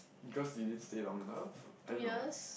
cause you didn't stay long enough I don't know